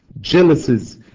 jealousies